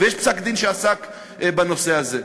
יש פסק-דין שעסק בנושא הזה.